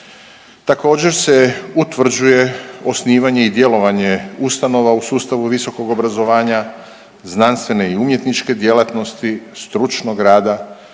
Također se utvrđuje osnivanje i djelovanje ustanova u sustavu visokog obrazovanja, znanstvene i umjetničke djelatnosti, stručnog rada,